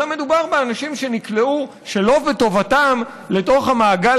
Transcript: אלא מדובר באנשים שנקלעו שלא בטובתם לתוך המעגל